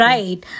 Right